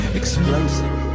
explosive